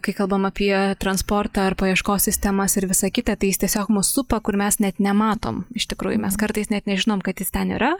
kai kalbam apie transportą ar paieškos sistemas ir visa kita tai jis tiesiog mus supa kur mes net nematom iš tikrųjų mes kartais net nežinom kad jis ten yra